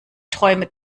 träume